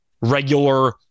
regular